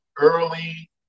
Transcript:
early